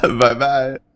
Bye-bye